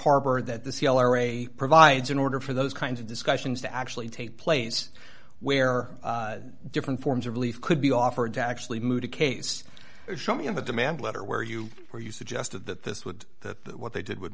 harbor that the c l array provides in order for those kinds of discussions to actually take place where different forms of relief could be offered to actually move to case show me of a demand letter where you where you suggested that this would the what they did w